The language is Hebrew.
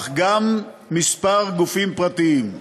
אך גם כמה גופים פרטיים.